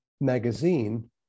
magazine